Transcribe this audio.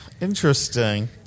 Interesting